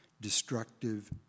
destructive